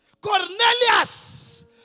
Cornelius